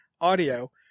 audio